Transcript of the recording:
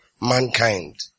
mankind